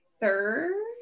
third